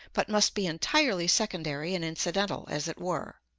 but must be entirely secondary and incidental, as it were.